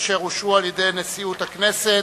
אושרו על-ידי נשיאות הכנסת.